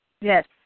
Yes